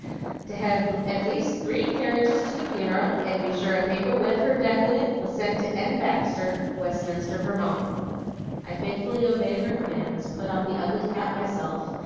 to hev at least three carriages to the funeral, and be sure a paper with her death in it was sent to n. baxter, westminster, vermont i faithfully obeyed her commands, put on the ugly cap myself,